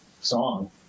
song